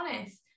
honest